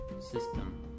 system